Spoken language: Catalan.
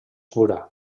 cura